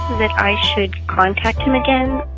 that i should contact him again?